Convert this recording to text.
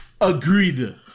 Agreed